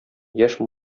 яшь